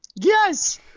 Yes